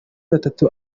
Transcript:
atatu